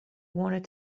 wanted